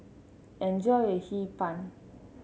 enjoy your Hee Pan